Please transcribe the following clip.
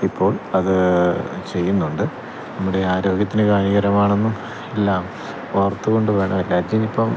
ഇപ്പോൾ അത് ചെയ്യുന്നുണ്ട് നമ്മുടെ ആരോഗ്യത്തിന് ഹാനികരമാണെന്നും എല്ലാം ഓർത്തുകൊണ്ടുവേണം മിപ്പം